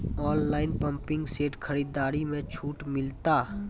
Online pumping set खरीदारी मे छूट मिलता?